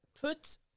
put